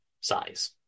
Size